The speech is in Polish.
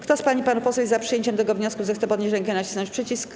Kto z pań i panów posłów jest za przyjęciem tego wniosku, zechce podnieść rękę i nacisnąć przycisk.